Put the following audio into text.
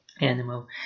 animal